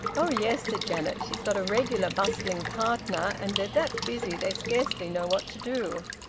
oh yes! said janet. she's got a regular bustling partner, and they're that busy they scarcely know what to do.